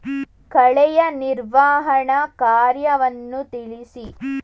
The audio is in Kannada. ಕಳೆಯ ನಿರ್ವಹಣಾ ಕಾರ್ಯವನ್ನು ತಿಳಿಸಿ?